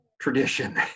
tradition